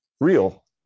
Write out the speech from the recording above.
real